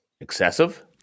excessive